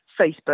Facebook